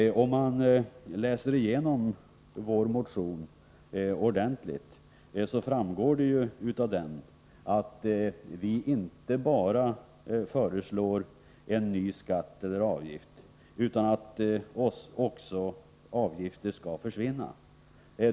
Det framgår av vår motion, om man nu läser igenom vår motion ordentligt, att vi inte bara föreslår en ny skatt eller avgift utan också att avgifter skall försvinna.